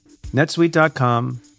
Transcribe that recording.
netsuite.com